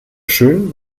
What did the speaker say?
schön